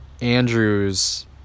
andrew's